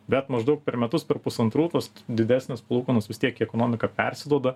bet maždaug per metus per pusantrų tos didesnės palūkanos vis tiek į ekonomiką persiduoda